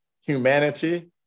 humanity